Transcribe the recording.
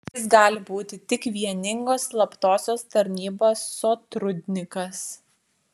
jis gali būti tik vieningos slaptosios tarnybos sotrudnikas